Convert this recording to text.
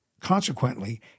Consequently